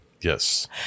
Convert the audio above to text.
Yes